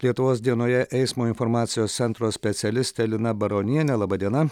lietuvos dienoje eismo informacijos centro specialistė lina baronienė laba diena